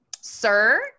Sir